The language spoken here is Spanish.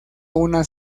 una